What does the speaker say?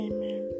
Amen